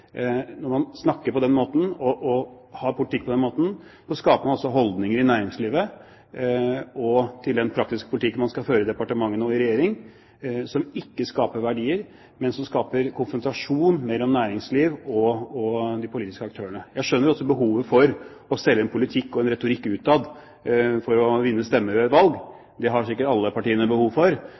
Når man snakker på den måten og har politikk på den måten, skaper man altså holdinger i næringslivet og i den praktiske politikken man skal føre i departement og regjering. Dette skaper ikke verdier, men det skaper konfrontasjon mellom næringsliv og de politiske aktørene. Jeg skjønner også behovet for å selge en politikk og en retorikk utad for å vinne stemmer ved et valg. Det har sikkert alle partiene behov for,